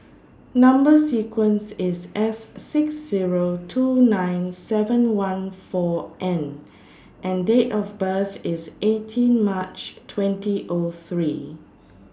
Number sequence IS S six Zero two nine seven one four N and Date of birth IS eighteen March twenty O three